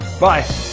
Bye